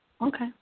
Okay